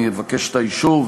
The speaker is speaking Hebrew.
אני אבקש את האישור,